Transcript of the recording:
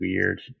weird